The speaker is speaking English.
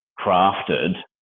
crafted